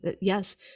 Yes